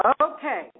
Okay